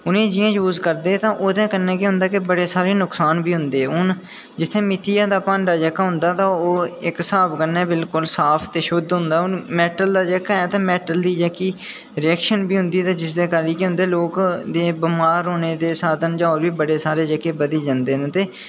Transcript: उनेंगी जियां यूज़ करदे तां ओह् ओह्दे कन्नै केह् होंदा की बड़े सारे नुक्सान बी होंदे ते इक्क मित्तिया दा जेह्ड़ा भांडा होंदा इक्क स्हाबै कन्नै ओह् साफ ते शुद्ध होंदा ऐ ते मेटल दा जेह्का मेटल दी जेह्की रिएक्शन बी होंदी ते जिस करी लोक दे बमार होने दे साधन जां चांस जेह्के बधी जंदे न ते